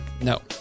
No